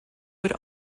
would